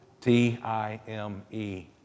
T-I-M-E